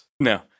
No